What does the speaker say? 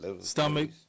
stomach